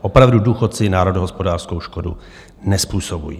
Opravdu, důchodci národohospodářskou škodu nezpůsobují.